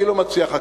אני לא מציע חקיקה,